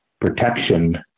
protection